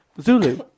Zulu